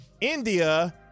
India